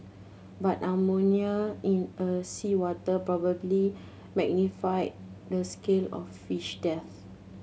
but ammonia in a seawater probably magnified the scale of fish deaths